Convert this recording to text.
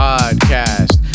Podcast